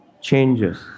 changes